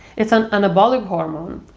it's an anabolic hormone.